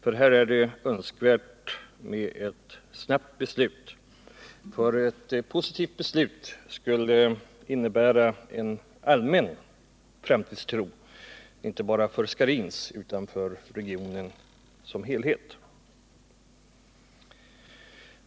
Vi vore tacksamma för ett snabbt beslut i positiv riktning, vilket skulle innebära en allmän framtidstro inte bara för Scharins utan även för regionen som helhet.